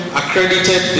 accredited